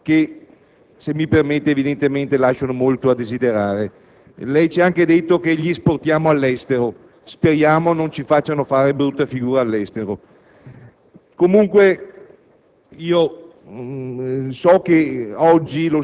sui sistemi di sicurezza di questi impianti, che, se mi permette, evidentemente lasciano molto a desiderare. Ci ha anche detto che li esportiamo all'estero: speriamo non ci facciano fare brutte figure.